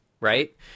right